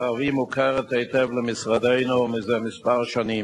ובאמת, משרד החינוך יתכנן איזו תוכנית